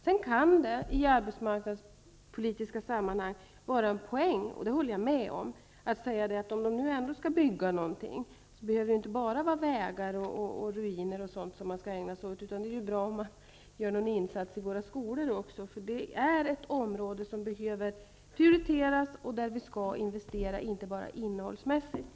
Sedan kan det i arbetsmarknadspolitiska sammanhang vara en poäng -- det håller jag med om -- att säga att om det nu ändå skall byggas behöver man inte bara ägna sig åt vägar, ruiner och liknande, utan det vore bra om man då också gjorde en insats i våra skolor. Det är ett område som behöver prioriteras och där vi skall investera, inte bara innehållsmässigt.